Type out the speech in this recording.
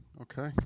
Okay